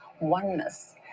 oneness